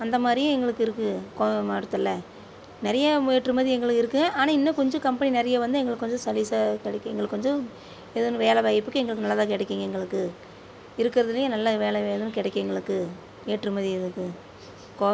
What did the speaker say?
அந்த மாதிரியும் எங்களுக்கு இருக்குது கோவை மாவட்டத்தில் நிறைய ஏற்றுமதி எங்களுக்கு இருக்குது ஆனால் இன்னும் கொஞ்சம் கம்பெனி நிறைய வந்தால் எங்களுக்கு கொஞ்சம் சர்வீஸாக கிடைக்கும் எங்களுக்கு கொஞ்சம் இது வேலைவாய்ப்புக்கு எங்களுக்கு நல்லதாக கிடைக்குங்க எங்களுக்கு இருக்கிறதுலே நல்ல வேலை வேணுன்னு கிடைக்கும் எங்களுக்கு ஏற்றுமதி இருக்குது கோ